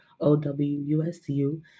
O-W-U-S-U